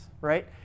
right